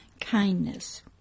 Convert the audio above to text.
kindness